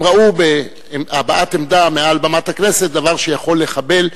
הם ראו בהבעת עמדה מעל במת הכנסת דבר שיכול לחבל.